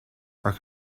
are